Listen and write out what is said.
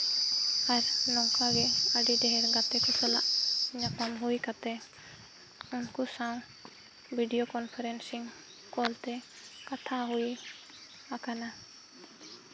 ᱟᱨ ᱱᱚᱝᱠᱟ ᱜᱮ ᱟᱹᱰᱤ ᱰᱷᱮᱨ ᱜᱟᱛᱮ ᱠᱚ ᱥᱟᱞᱟᱜ ᱧᱟᱯᱟᱢ ᱦᱩᱭ ᱠᱟᱛᱮ ᱩᱱᱠᱩ ᱥᱟᱶ ᱵᱷᱤᱰᱤᱭᱳ ᱠᱚᱱᱯᱷᱟᱨᱮᱱᱥᱤᱝ ᱠᱚᱞᱛᱮ ᱠᱟᱛᱷᱟ ᱦᱩᱭ ᱟᱠᱟᱱᱟ